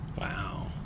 Wow